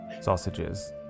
sausages